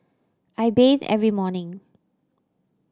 I bathe every morning